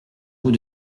bout